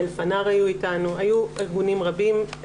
אלפנאר היו איתנו, היו ארגונים רבים.